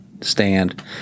stand